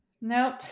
Nope